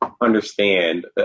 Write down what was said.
understand